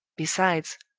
besides,